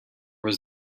was